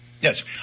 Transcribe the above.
Yes